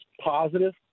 positive